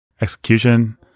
execution